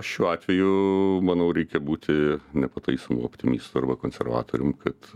šiuo atveju manau reikia būti nepataisomu optimistu arba konservatorium kad